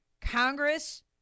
Congress